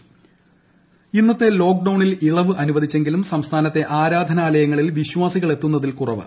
lockdown ഇളവ് ഇന്നത്തെ ലോക്ക് ഡൌണിൽ ഇളവ് അനുവദിച്ചെങ്കിലും സംസ്ഥാനത്തെ ആരാധാനാലയങ്ങളിൽ വിശ്വാസികളെത്തുന്നതിൽ കുറവ്